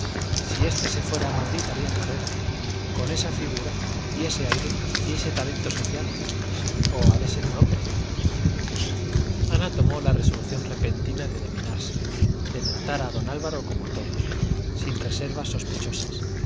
si este se fuera a madrid haría carrera con esa figura y ese aire y ese talento social oh ha de ser un hombre ana tomó la resolución repentina de dominarse de tratar a don álvaro como a todos sin reservas sospechosas